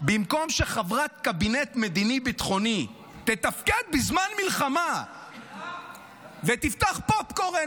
במקום שחברת קבינט מדיני-ביטחוני תתפקד בזמן מלחמה ותפתח פופקורן